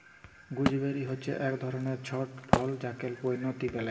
gooseberry হচ্যে এক ধরলের ছট ফল যাকে বৈনচি ব্যলে